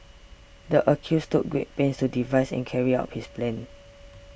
the accused took great pains to devise and carry out his plan